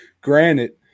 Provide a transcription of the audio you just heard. granted